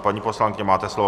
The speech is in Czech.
Paní poslankyně, máte slovo.